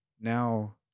Now